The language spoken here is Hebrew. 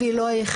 והיא לא היחידה,